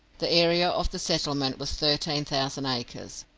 the area of the settlement was thirteen thousand acres.